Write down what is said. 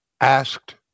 asked